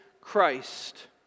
Christ